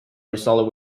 result